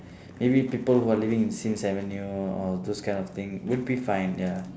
maybe people who are living in sims avenue or those kind of thing would be fine ya